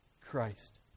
Christ